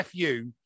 FU